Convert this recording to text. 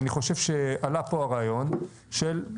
אני חושב, עלה פה הרעיון של,